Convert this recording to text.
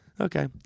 Okay